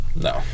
No